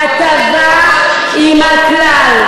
והטבה עם הכלל.